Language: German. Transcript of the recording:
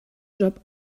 job